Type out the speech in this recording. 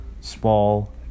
small